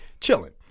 chilling